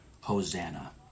Hosanna